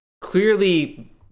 clearly